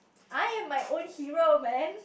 I am my own hero man